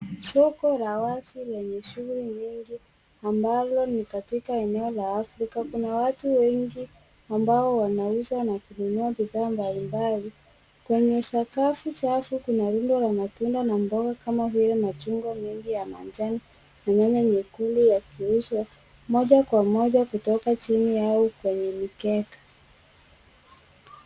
Tuko kwenye rawati lenye shule nyingi katika eneo la Afrika. Kuna watu wengi ambao wanauza na kinyozi kadhaa katika umbali. Kwenye sakafu iliyo chafu, kuna rundo la takataka ndogo pamoja na chungu nyingi za matunda. Kwenye nyinuli ya kiusalama, moja kwa moja kutoka chini ya ukuta.